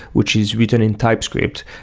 which is written in typescript,